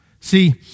See